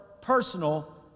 personal